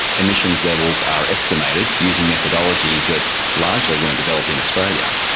emissions levels are estimated using methodologies that largely weren't developed in australia,